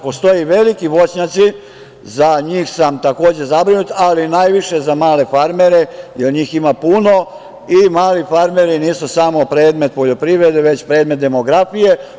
Postoje veliki voćnjaci, za njih sam takođe zabrinut, ali najviše za male farmere, jer njih ima puno i mali farmeri nisu samo predmet poljoprivrede, već predmet demografije.